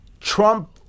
Trump